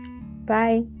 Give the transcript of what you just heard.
Bye